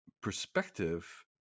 perspective